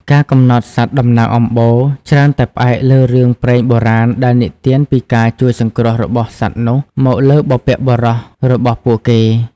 ការកំណត់សត្វតំណាងអំបូរ ច្រើនតែផ្អែកលើរឿងព្រេងបុរាណដែលនិទានពីការជួយសង្គ្រោះរបស់សត្វនោះមកលើបុព្វបុរសរបស់ពួកគេ។